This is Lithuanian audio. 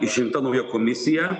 išrinkta nauja komisija